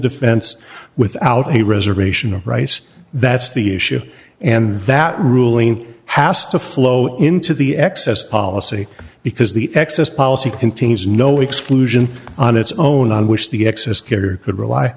defense without any reservation of rice that's the issue and that ruling has to flow into the excess policy because the excess policy contains no exclusion on its own on which the excess get or could rely